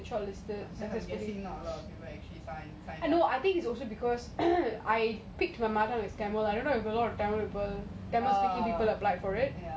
then they contacted me to do like oh I think its also because